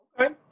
Okay